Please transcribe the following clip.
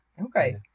Okay